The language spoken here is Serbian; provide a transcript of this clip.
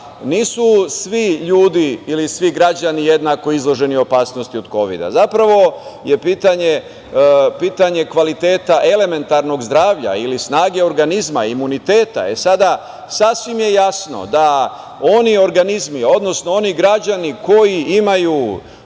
nisu svi ljudi ili svi građani jednako izloženi opasnosti od kovida. Zapravo je pitanje kvaliteta elementarnog zdravlja ili snage organizma ili imuniteta. Sada sasvim je jasno da oni organizmi, odnosno oni građani koji imaju